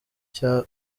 cya